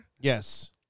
Yes